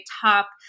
top